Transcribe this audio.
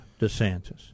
DeSantis